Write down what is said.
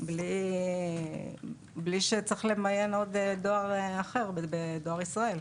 בלי שיהיה צריך למיין עוד דואר אחר בדואר ישראל.